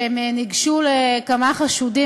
כשהן ניגשו לכמה חשודים,